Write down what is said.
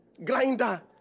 Grinder